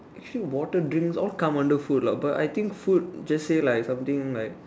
actually water drinks all come under food lah but I think food just say like something like